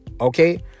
okay